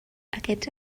aquests